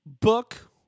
book